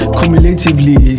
cumulatively